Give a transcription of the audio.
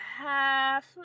half